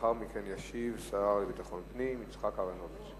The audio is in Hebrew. לאחר מכן ישיב השר לביטחון פנים, השר אהרונוביץ.